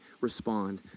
respond